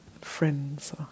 friends